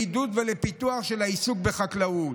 לעידוד ולפיתוח של העיסוק בחקלאות.